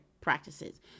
practices